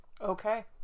Okay